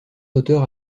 d’auteur